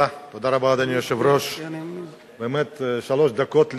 בבקשה, יש לך שלוש דקות.